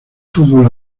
fútbol